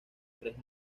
tres